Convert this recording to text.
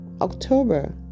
October